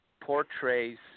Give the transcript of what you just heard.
portrays